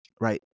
right